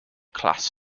class